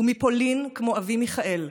ומפולין, כמו אבי מיכאל,